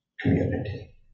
community